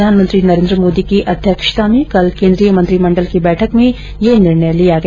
प्रधानमंत्री नरेन्द्र मोदी की अध्यक्षता में कल केन्द्रीय मंत्रिमण्डल की बैठक में यह निर्णय लिया गया